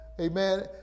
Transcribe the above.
amen